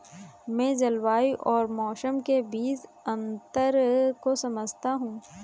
मैं जलवायु और मौसम के बीच अंतर को समझता हूं